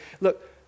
Look